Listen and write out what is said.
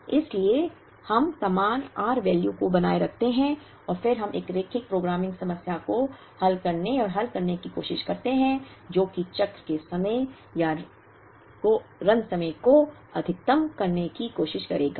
इसलिए हम समान r वैल्यू को बनाए रखते हैं और फिर हम एक रैखिक प्रोग्रामिंग समस्या को हल करने और हल करने की कोशिश करते हैं जो कि चक्र के समय या रन समय को अधिकतम करने की कोशिश करेगा